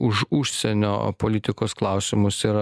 už užsienio politikos klausimus ir